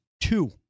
Two